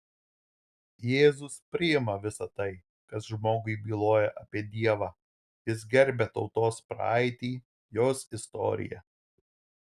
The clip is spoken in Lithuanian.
jėzus priima visa tai kas žmogui byloja apie dievą jis gerbia tautos praeitį jos istoriją